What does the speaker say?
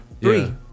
Three